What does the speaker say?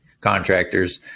contractors